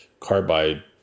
carbide